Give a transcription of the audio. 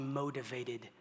motivated